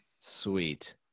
Sweet